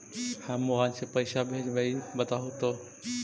हम मोबाईल से पईसा भेजबई बताहु तो?